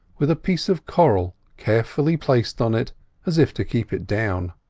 with a piece of coral carefully placed on it as if to keep it down.